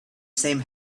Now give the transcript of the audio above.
same